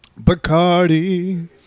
Bacardi